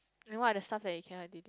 and what are the stuff that you cannot did